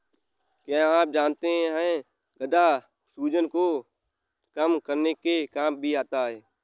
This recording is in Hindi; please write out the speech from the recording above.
क्या आप जानते है गदा सूजन को कम करने के काम भी आता है?